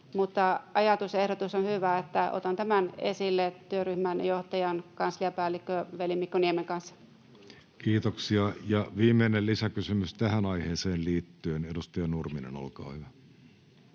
Mutta ajatus ja ehdotus on hyvä, niin että otan tämän esille työryhmän johtajan, kansliapäällikkö Veli-Mikko Niemen, kanssa. Kiitoksia. — Ja viimeinen lisäkysymys tähän aiheeseen liittyen edustaja Nurminen, olkaa, hyvä.